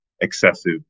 excessive